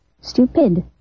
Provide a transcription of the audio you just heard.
Stupid